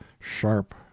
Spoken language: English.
sharp